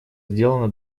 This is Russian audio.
сделано